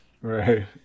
Right